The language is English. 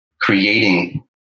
creating